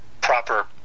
proper